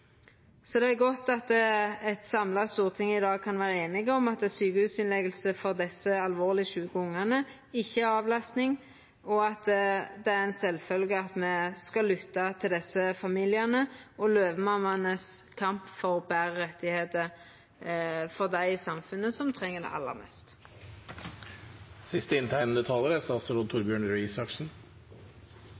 Det er godt at eit samla storting i dag kan vera einig om at sjukehusinnlegging for desse alvorleg sjuke ungane ikkje er avlasting, og at det er sjølvsagt at me skal lytta til desse familiane og Løvemammaenes kamp for betre rettar for dei i samfunnet som treng det aller